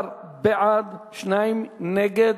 17 בעד, שניים נגד.